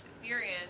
experience